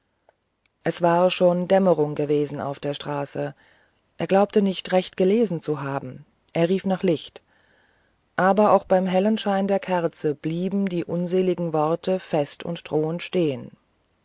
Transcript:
es war schon dämmerung gewesen auf der straße er glaubte nicht recht gelesen zu haben er rief nach licht aber auch beim hellen schein der kerzen blieben die unseligen worte fest und drohend stehen